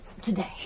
today